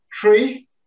three